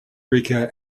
rica